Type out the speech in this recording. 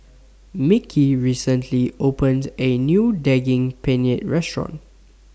Mickie recently opened The A New Daging Penyet Restaurant